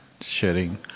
sharing